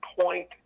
point